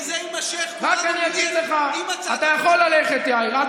אם זה יימשך כולנו נלך עם הצעת החוק שלך.